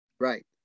Right